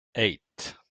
eight